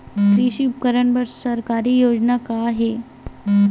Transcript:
कृषि उपकरण बर सरकारी योजना का का हे?